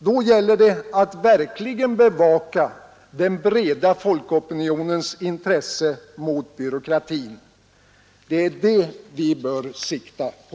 Då gäller det att verkligen bevaka den breda folkopinionens intresse mot byråkratin. Det är det vi bör sikta på.